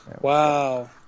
Wow